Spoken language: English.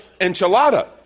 enchilada